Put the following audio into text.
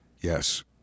Yes